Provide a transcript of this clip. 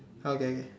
okay okay